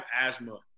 asthma